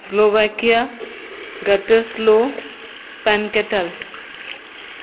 Slovakia गटर स्लो पॅनकॅटल